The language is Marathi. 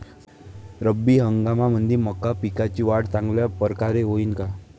रब्बी हंगामामंदी मका पिकाची वाढ चांगल्या परकारे होईन का?